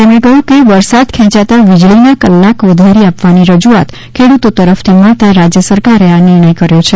તેમણે કહ્યું કે વરસાદ ખેંચાતા વીજળી ના કલાક વધારી આપવાની રજૂઆત ખેડૂતો તરફ થી મળતા રાજ્ય સરકારે આ નિર્ણય કર્યો છે